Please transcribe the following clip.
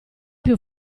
più